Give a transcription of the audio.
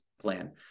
plan